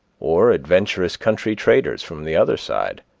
or adventurous country traders from the other side.